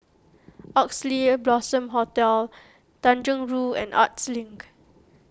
Oxley Blossom Hotel Tanjong Rhu and Arts Link